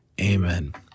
amen